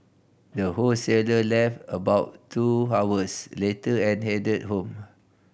the wholesaler left about two hours later and headed home